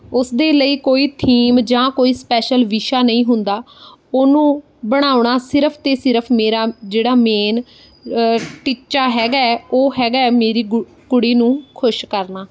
ਉਸ ਦੇ ਲਈ ਕੋਈ ਥੀਮ ਜਾਂ ਕੋਈ ਸਪੈਸ਼ਲ ਵਿਸ਼ਾ ਨਹੀਂ ਹੁੰਦਾ ਉਹਨੂੰ ਬਣਾਉਣਾ ਸਿਰਫ਼ ਅਤੇ ਸਿਰਫ਼ ਮੇਰਾ ਜਿਹੜਾ ਮੇਨ ਟੀਚਾ ਹੈਗਾ ਉਹ ਹੈਗਾ ਮੇਰੀ ਗੁ ਕੁੜੀ ਨੂੰ ਖੁਸ਼ ਕਰਨਾ